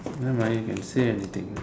nevermind you can say anything